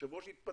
היושב ראש התפטר.